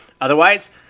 Otherwise